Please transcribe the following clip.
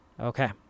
Okay